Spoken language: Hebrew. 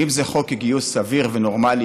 אם זה חוק גיוס סביר ונורמלי,